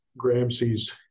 Gramsci's